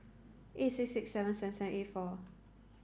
eight six six seven seven seven eight four